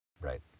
right